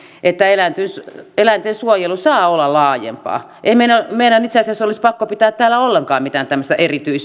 että eläintensuojelu saa olla laajempaa ei meidän itse asiassa olisi pakko pitää täällä ollenkaan mitään tämmöistä